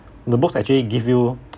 the books actually give you